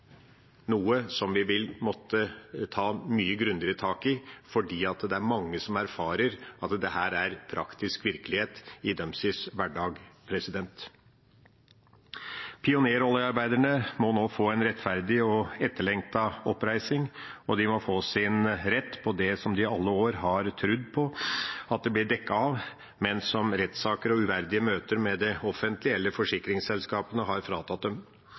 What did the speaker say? noe som vi vil måtte ta mye grundigere tak i, fordi det er mange som erfarer at dette er praktisk virkelighet i hverdagen. Pioneroljearbeiderne må nå få en rettferdig og etterlengtet oppreisning, og de må få sin rett på det som de i alle år har trodd vil bli dekket, men som rettssaker og uverdige møter med det offentlige eller forsikringsselskapene har fratatt dem.